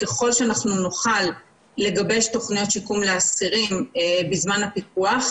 ככל שנוכל לגבש תוכניות שיקום לאסירים בזמן הפיקוח,